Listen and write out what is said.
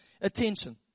attention